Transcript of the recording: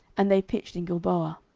and they pitched in gilboa.